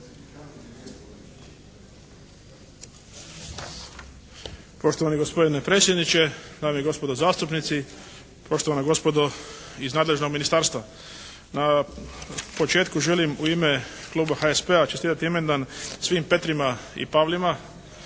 Poštovani gospodine predsjedniče, dame i gospodo zastupnici, poštovana gospodo iz nadležnog ministarstva. Na početku želim u ime kluba HSP-a čestitati imendan svim Petrima i Pavlima